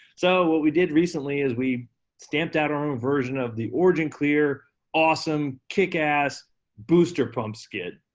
so what we did recently, is we stamped out our own version of the originclear awesome, kick-ass booster pump skid.